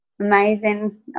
Amazing